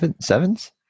Sevens